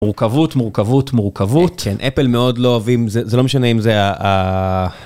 מורכבות מורכבות מורכבות. כן אפל מאוד לא אוהבים זה זה לא משנה אם זה ה.